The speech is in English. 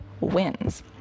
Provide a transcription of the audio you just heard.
wins